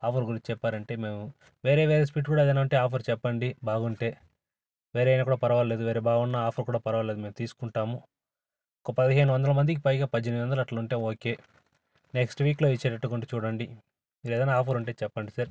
offer గురించి చెప్పారంటే మేము వేరే వేరే స్వీట్ కూడా ఏదైనా ఉంటే ఆఫర్ చెప్పండి బాగుంటే వేరే అయినా పర్వాలేదు వేరే బాగున్నా ఆఫర్ కూడా పర్వాలేదు మేము తీసుకుంటాము ఒక పదిహేను వందల మందికి పైగా పద్దెనిమిది వందలు అట్లా ఉంటే ఓకే నెక్స్ట్ వీక్లో ఇచ్చేటట్టుగా ఉంటే చూడండి వేరే ఏదైనా ఆఫర్ ఉంటే చెప్పండి సార్